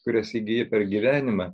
kurias įgiji per gyvenimą